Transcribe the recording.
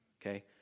okay